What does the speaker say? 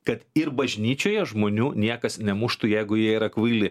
kad ir bažnyčioje žmonių niekas nemuštų jeigu jie yra kvaili